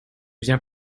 viens